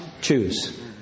choose